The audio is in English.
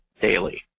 daily